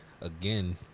again